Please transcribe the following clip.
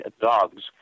dogs